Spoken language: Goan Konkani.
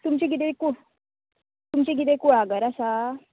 तुमचे कितें कूळ तुमचे कितें कुळागर आसा